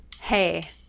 Hey